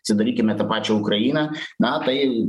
atsidarykime tą pačią ukrainą na tai